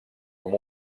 com